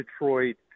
Detroit